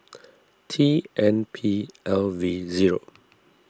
T N P L V zero